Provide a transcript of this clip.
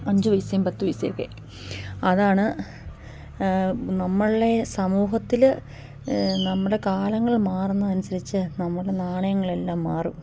അഞ്ച് പൈസയും പത്ത് പൈസയും ഒക്കെ അതാണ് നമ്മളുടെ സമൂഹത്തിൽ നമ്മുടെ കാലങ്ങൾ മാറുന്നതനുസരിച്ച് നമ്മുടെ നാണയങ്ങളെല്ലാം മാറും